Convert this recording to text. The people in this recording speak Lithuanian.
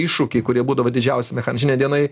iššūkiai kurie būdavo didžiausi mechan šiandien dienai